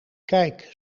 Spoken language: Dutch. kijk